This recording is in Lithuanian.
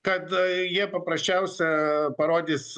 kad jie paprasčiausia parodys